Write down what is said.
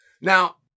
Now